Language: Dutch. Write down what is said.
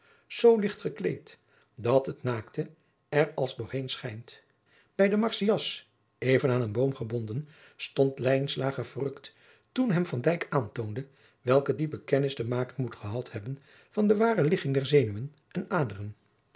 zoo ligt gekleed dat het naakte er als door heen schijnt bij den marsias even aan een boom gebonden stond lijnslager verrukt toen hem van dijk aantoonde welke diepe kennis de maker moet gehad hebben van adriaan loosjes pzn het leven van maurits lijnslager de ware ligging der zenuwen en aderen